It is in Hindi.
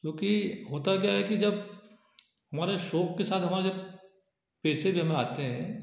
क्योंकि होता क्या है कि जब हमारे शौक के साथ हमें जब पैसे देने आते हैं